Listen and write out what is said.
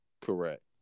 Correct